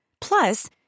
Plus